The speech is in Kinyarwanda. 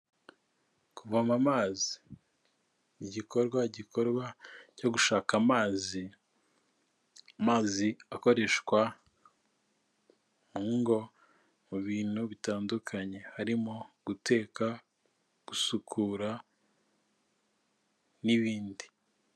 Kuvoma amazi, igikorwa gikorwa cyo gushaka amazi, amazi akoreshwa mu ngo, mu bintu bitandukanye, harimo guteka, gusukura n'ibindi.